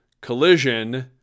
collision